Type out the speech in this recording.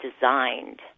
designed